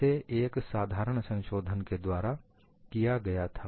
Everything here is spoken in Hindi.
इसे एक साधारण संशोधन के द्वारा किया गया था